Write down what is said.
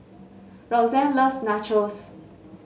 Roxanne loves Nachos